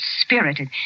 spirited